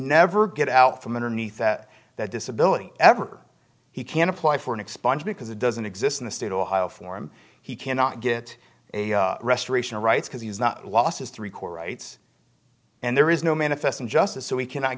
never get out from underneath that that disability ever he can apply for an expansion because it doesn't exist in the state of ohio for him he cannot get a restoration of rights because he has not lost his three core rights and there is no manifest injustice so we cannot